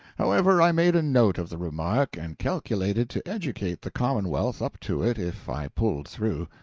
however, i made a note of the remark, and calculated to educate the commonwealth up to it if i pulled through.